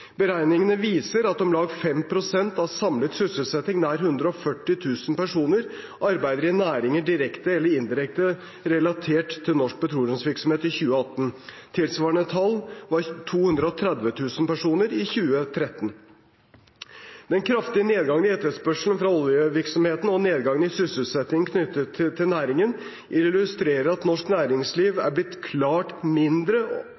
Beregningene viser at om lag 5 pst. av samlet sysselsetting, nær 140 000 personer, arbeidet i næringer direkte eller indirekte relatert til norsk petroleumsvirksomhet i 2018. Tilsvarende tall var 230 000 personer i 2013. Den kraftige nedgangen i etterspørsel fra oljevirksomheten og nedgangen i sysselsettingen knyttet til næringen illustrerer at norsk næringsliv er blitt klart mindre